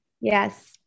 Yes